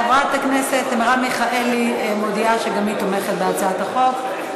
חברת הכנסת מרב מיכאלי מודיעה שגם היא תומכת בהצעת החוק,